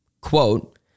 quote